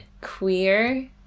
queer